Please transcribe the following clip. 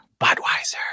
Budweiser